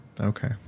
Okay